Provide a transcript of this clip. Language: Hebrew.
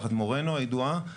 משפחת מורנו הידועה.